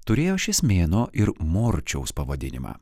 turėjo šis mėnuo ir morčiaus pavadinimą